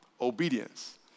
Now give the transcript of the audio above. obedience